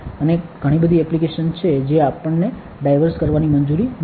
અને ઘણી બધી એપ્લિકેશન છે જે આપણને ડાયવર્જ કરવાની મંજૂરી નથી